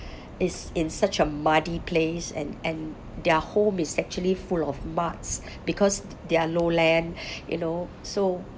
it's in such a muddy place and and their home is actually full of muds because they are lowland you know so